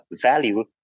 value